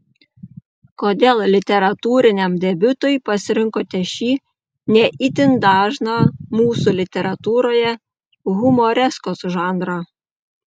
kodėl literatūriniam debiutui pasirinkote šį ne itin dažną mūsų literatūroje humoreskos žanrą